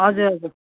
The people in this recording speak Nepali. हजुर हजुर